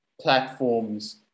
platforms